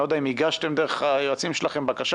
אני לא יודע אם הגשתם דרך היועצים בקשה.